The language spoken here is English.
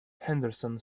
henderson